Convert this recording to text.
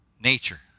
nature